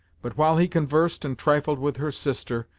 but while he conversed and trifled with her sister,